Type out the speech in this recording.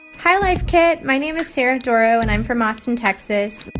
hi, life kit. my name is sarah dorrow, and i'm from austin, texas.